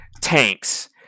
tanks